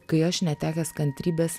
kai aš netekęs kantrybės